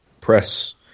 press